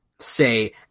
say